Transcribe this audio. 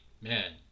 man